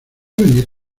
venir